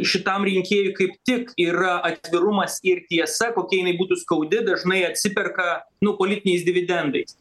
šitam rinkėjui kaip tik yra atvirumas ir tiesa kokia jinai būtų skaudi dažnai atsiperka nu politiniais dividendais